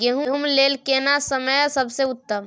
गेहूँ लेल केना समय सबसे उत्तम?